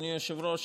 אדוני היושב-ראש,